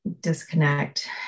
disconnect